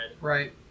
Right